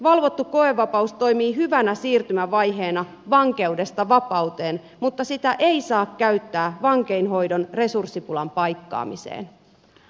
valvottu koevapaus toimii hyvänä siirtymävaiheena vankeudesta vapauteen mutta sitä ei saa käyttää vankeinhoidon resurssipulan paikkaamiseen